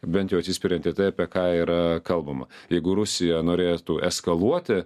bent jau atsispiriant į tai apie ką yra kalbama jeigu rusija norėtų eskaluoti